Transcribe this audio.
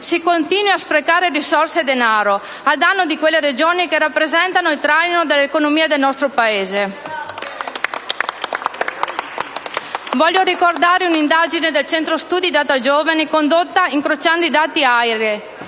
si continui a sprecare risorse e denaro a danno di quelle Regioni che rappresentano il traino dell'economia del nostro Paese. *(Applausi dal Gruppo* *LN-Aut).* Voglio ricordare un'indagine del centro studi Datagiovani, condotta incrociando i dati AIRE